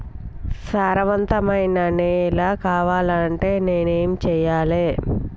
సారవంతమైన నేల కావాలంటే నేను ఏం చెయ్యాలే?